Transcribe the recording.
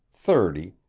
thirty,